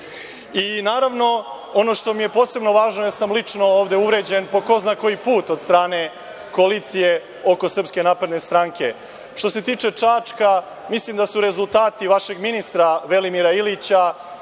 naravno, ono što mi je posebno važno, jer sam lično ovde uvređen po ko zna koji put od strane koalicije oko SNS, što se tiče Čačka, mislim da su rezultati vašeg ministra Velimira Ilića